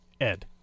Ed